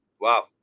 Wow